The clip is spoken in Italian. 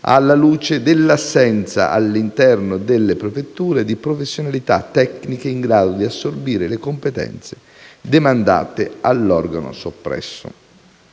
alla luce dell'assenza, all'interno delle prefetture, di professionalità tecniche in grado di assorbire le competenze demandate all'organo soppresso.